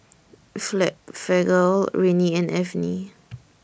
Rene and Avene